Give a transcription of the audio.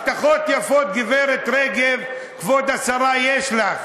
הבטחות יפות, גברת רגב, כבוד השרה, יש לך.